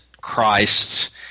Christ